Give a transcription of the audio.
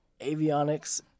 Avionics